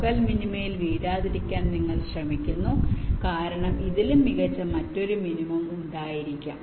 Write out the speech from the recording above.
local മിനിമയിൽ വീഴാതിരിക്കാൻ നിങ്ങൾ ശ്രമിക്കുന്നു കാരണം ഇതിലും മികച്ച മറ്റൊരു മിനിമം ഉണ്ടായിരിക്കാം